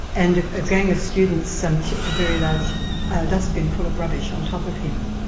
and a gang of students um tipped a very large dustbin full of rubbish on top of him.